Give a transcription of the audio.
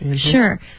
Sure